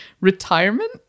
retirement